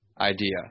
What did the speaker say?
idea